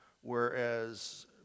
whereas